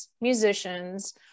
musicians